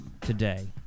today